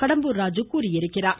கடம்பூர் ராஜு தெரிவித்திருக்கிறார்